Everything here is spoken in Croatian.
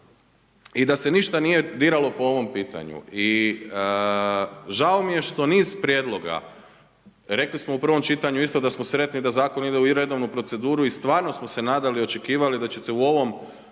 i da se ništa nije diralo po ovom pitanju. Žao mi je što niz prijedloga rekli smo u prvom čitanju isto da smo sretni da zakon ide i u redovnu proceduru i stvarno smo se nadali, očekivali da ćete u ovom